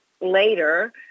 later